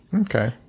Okay